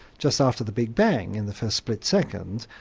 just after the big bang, in the first split seconds,